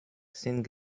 sind